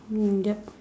mm yup